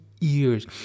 years